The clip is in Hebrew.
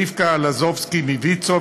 רבקה לזובסקי מוויצו,